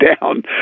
down